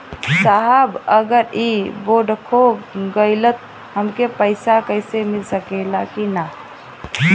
साहब अगर इ बोडखो गईलतऽ हमके पैसा मिल सकेला की ना?